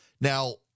Now